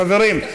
חברים,